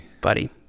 Buddy